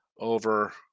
over